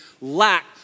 lack